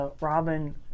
Robin